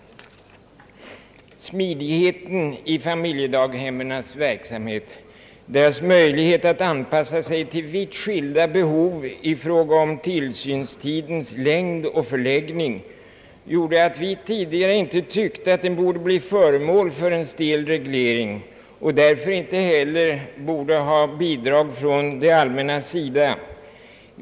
Smidigheten i familjedaghemmens verksamhet, deras möjlighet att anpassa sig till vitt skilda behov i fråga om tillsynstidens längd och förläggning gjorde att vi tidigare inte tyckte att den borde bli föremål för en stel reglering och därför inte borde ha bidrag från det allmännas sida.